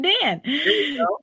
Dan